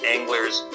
Anglers